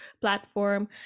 platform